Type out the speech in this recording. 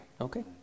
Okay